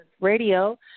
Radio